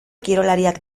kirolariak